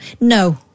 No